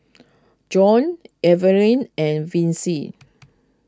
Joann Eveline and Vicy